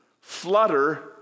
flutter